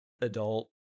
adult